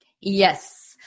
Yes